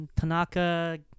Tanaka